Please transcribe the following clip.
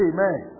Amen